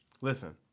Listen